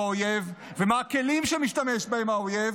האויב ומה הכלים שמשתמש בהם האויב,